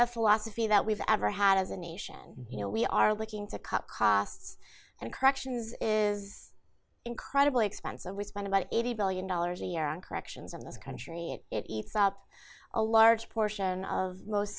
a philosophy that we've ever had as a nation you know we are looking to cut costs and corrections is incredibly expensive we spend about eighty billion dollars a year on corrections in this country and it eats up a large portion of most